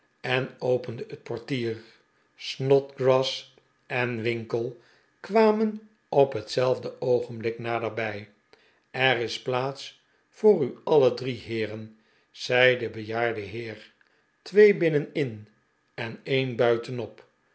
en opende het p or tier snodgrass en winkle kwamen op hetzelfde oogenblik naderbij eris plaats voor u alle drie heeren zei de bejaarde heer twee binnen in en een buitenop